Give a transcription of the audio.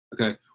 Okay